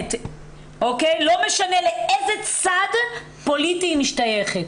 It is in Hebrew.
מוגנת ולא משנה לאיזה צד פוליטי היא משתייכת.